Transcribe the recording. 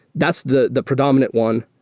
that's the the predominant one.